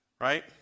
right